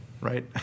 right